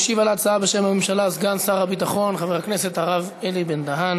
משיב על ההצעה בשם הממשלה סגן שר הביטחון חבר הכנסת הרב אלי בן-דהן,